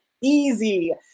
easy